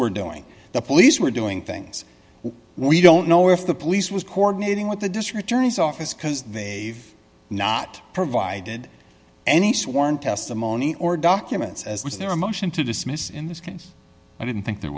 were doing the police were doing things we don't know if the police was coordinating with the district attorney's office because they not provided any sworn testimony or documents as was there a motion to dismiss in this case i didn't think there